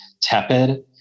tepid